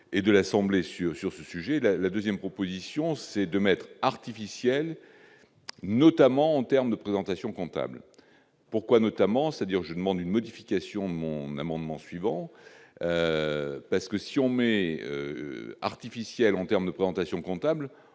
et de l'Assemblée sur sur ce sujet-là, la 2ème proposition c'est de être artificiel, notamment en termes de présentation comptable pourquoi notamment, c'est-à-dire je demande une modification mon amendement suivant, parce que si on met artificiel en termes de présentation comptable,